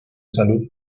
salud